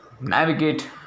navigate